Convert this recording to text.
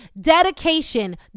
dedication